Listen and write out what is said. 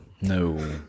No